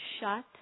shut